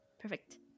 Perfect